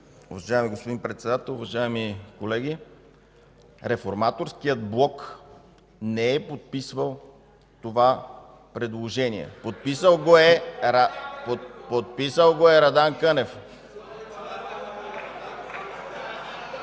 Уважаеми господин Председател, уважаеми колеги! Реформаторският блок не е подписвал това предложение. (Силен шум